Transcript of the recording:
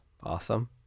Awesome